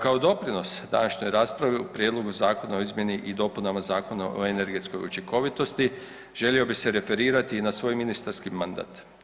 Kao doprinos današnjoj raspravi u Prijedlogu zakona o izmjeni i dopunama Zakona o energetskoj učinkovitosti želio bih se referirati i na svoj ministarski mandat.